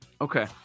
Okay